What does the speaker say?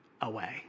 away